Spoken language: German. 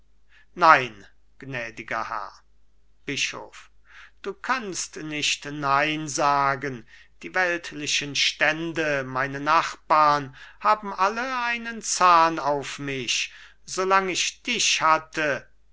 nein gnädiger herr bischof du kannst nicht nein sagen die weltlichen stände meine nachbarn haben alle einen zahn auf mich solang ich dich hatte